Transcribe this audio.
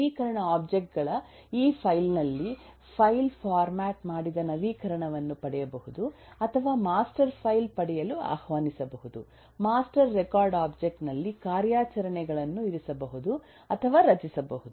ನವೀಕರಣ ಒಬ್ಜೆಕ್ಟ್ ಗಳ ಈ ಫೈಲ್ ನಲ್ಲಿ ಫೈಲ್ ಫಾರ್ಮ್ಯಾಟ್ ಮಾಡಿದ ನವೀಕರಣವನ್ನು ಪಡೆಯಬಹುದು ಅಥವಾ ಮಾಸ್ಟರ್ ಫೈಲ್ ಪಡೆಯಲು ಆಹ್ವಾನಿಸಬಹುದು ಮಾಸ್ಟರ್ ರೆಕಾರ್ಡ್ ಒಬ್ಜೆಕ್ಟ್ ನಲ್ಲಿ ಕಾರ್ಯಾಚರಣೆಗಳನ್ನು ಇರಿಸಬಹುದು ಅಥವಾ ರಚಿಸಬಹುದು